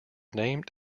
named